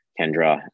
Kendra